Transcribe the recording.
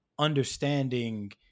understanding